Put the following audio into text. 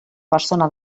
persona